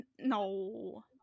No